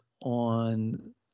on